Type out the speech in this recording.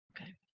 Okay